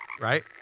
right